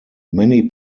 many